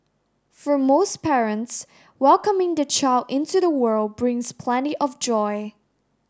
for most parents welcoming their child into the world brings plenty of joy